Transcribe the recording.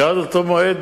שעד אותו מועד,